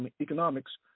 economics